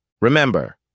Remember